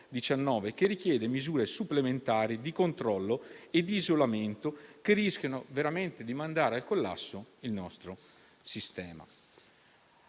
che richiede misure supplementari di controllo e di isolamento che rischiano veramente di mandare il nostro sistema